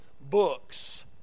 books